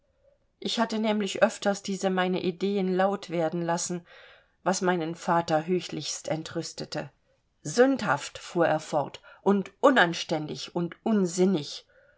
ich hatte nämlich öfters diese meine ideen laut werden lassen was meinen vater höchlichst entrüstete sündhaft fuhr er fort und unanständig und unsinnig